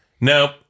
nope